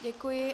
Děkuji.